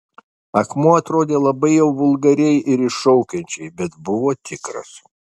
akmuo atrodė labai jau vulgariai ir iššaukiančiai bet buvo tikras